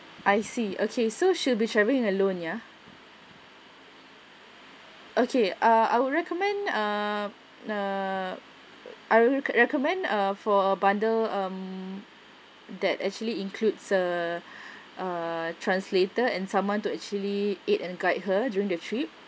I see okay so she'll be traveling alone ya okay ah I would recommend err err I would recommend err a for a bundle um that actually includes a a translator and someone to actually aide and guide her during the trip